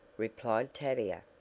replied tavia,